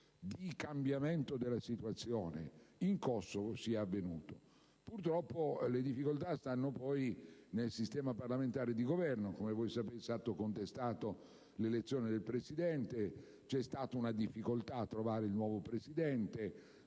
di cambiamento della situazione in Kosovo sia avvenuto. Purtroppo, le difficoltà stanno poi nel sistema parlamentare e di governo. Come sapete, è stata contestata l'elezione del Presidente e c'è stata una difficoltà ad individuarne